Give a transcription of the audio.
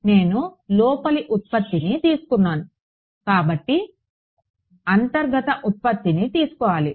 నేను లోపలి ఉత్పత్తిని తీసుకున్నాను కాబట్టి అంతర్గత ఉత్పత్తిని తీసుకోవాలి